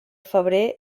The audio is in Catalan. febrer